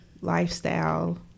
lifestyle